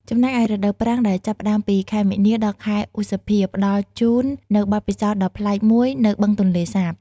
ចំណែកឯរដូវប្រាំង ដែលចាប់ផ្តើមពី ខែមីនា ដល់ ខែឧសភា ផ្តល់ជូននូវបទពិសោធន៍ដ៏ប្លែកមួយនៅបឹងទន្លេសាប។